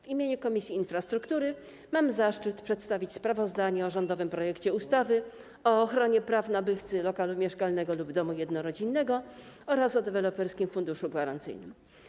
W imieniu Komisji Infrastruktury mam zaszczyt przedstawić sprawozdanie o rządowym projekcie ustawy o ochronie praw nabywcy lokalu mieszkalnego lub domu jednorodzinnego oraz o Deweloperskim Funduszu Gwarancyjnym.